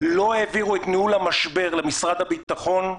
לא העבירו את ניהול המשבר למשרד הביטחון,